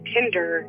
Tinder